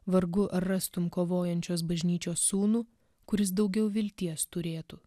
vargu ar rastum kovojančios bažnyčios sūnų kuris daugiau vilties turėtų